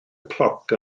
cloc